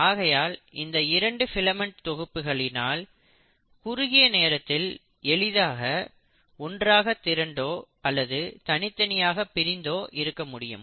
ஆகையால் இந்த இரண்டு பிலமெண்ட் தொகுப்புகளினால் குறுகிய நேரத்தில் எளிதாக ஒன்றாக திரண்டோ அல்லது தனித்தனியாக பிரிந்தோ இருக்க முடியும்